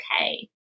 okay